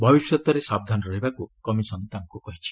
ଭବିଷ୍ୟତରେ ସାବଧାନ ରହିବାକୁ କମିଶନ୍ ତାଙ୍କୁ କହିଛି